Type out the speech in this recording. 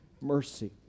mercy